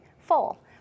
Full